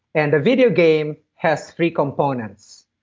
and the video game has three components,